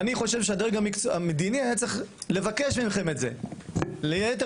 אני חושב שהדרג המדיני היה צריך לבקש את זה מכם ליתר